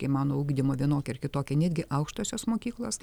į mano ugdymo vienokią ar kitokią netgi aukštosios mokyklos